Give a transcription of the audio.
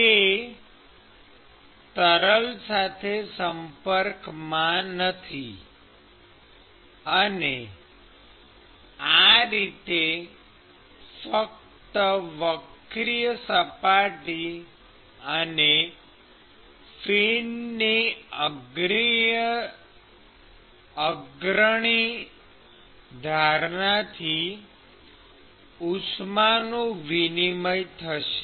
તે તરલ સાથે સંપર્કમાં નથી અને આ રીતે ફક્ત વક્રિય સપાટી અને ફિનની અગ્રણી ધારથી ઉષ્માનું વિનિમય થશે